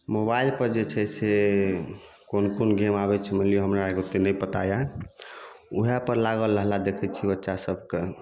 mobile पर जे छै से कोन कोन गेम आबै छै मानि लिअ हमरा आरके ओते नहि पता अछि वएह पर लागल रहला देखै छियै बच्चा सबके